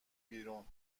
بیرون